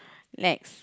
next